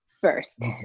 First